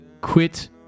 Quit